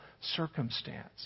circumstance